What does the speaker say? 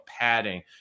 padding